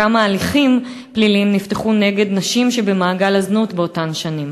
3. כמה הליכים פליליים נפתחו נגד נשים במעגל הזנות באותן שנים?